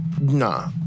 Nah